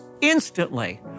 instantly